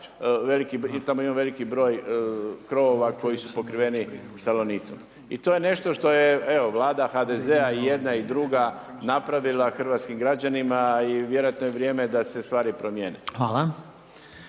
tamo ima veliki broj krovova koji su pokriveni salonitom. I to je nešto što je evo Vlada HDZ-a i jedna i druga napravila hrvatskim građanima i vjerojatno je vrijeme da se stvari promijene.